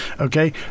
Okay